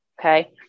Okay